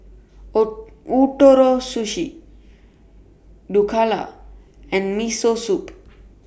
O Sushi Dhokla and Miso Soup